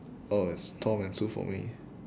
oh it's tom and sue for me